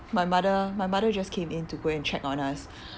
my mother my mother just came in to go and check on us